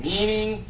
Meaning